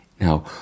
now